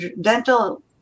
dental